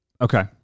Okay